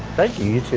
thank you